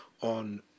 on